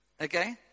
Okay